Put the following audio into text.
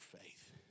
faith